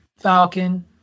Falcon